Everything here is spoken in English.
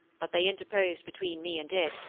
but they interposed between me and it,